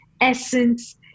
essence